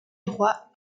droit